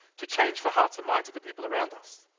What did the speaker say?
to change the hearts and minds the people around us.